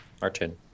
Martin